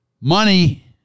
money